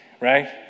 right